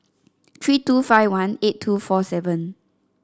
three two five one eight two four seven